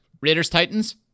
Raiders-Titans